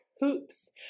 hoops